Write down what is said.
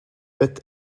but